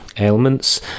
ailments